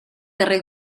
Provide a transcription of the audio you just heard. darrer